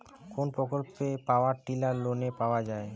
কোন প্রকল্পে power tiller লোনে পাওয়া য়ায়?